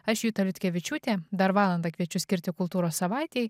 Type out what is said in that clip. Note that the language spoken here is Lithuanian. aš juta liutkevičiūtė dar valandą kviečiu skirti kultūros savaitei